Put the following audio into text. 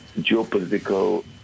geopolitical